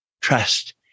trust